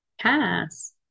pass